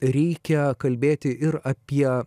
reikia kalbėti ir apie